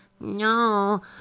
No